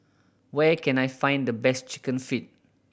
where can I find the best Chicken Feet